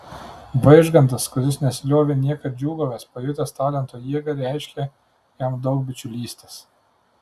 vaižgantas kuris nesiliovė niekad džiūgavęs pajutęs talento jėgą reiškė jam daug bičiulystės